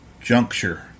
juncture